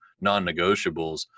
non-negotiables